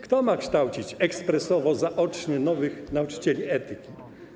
Kto ma kształcić ekspresowo, zaocznie nowych nauczycieli etyki?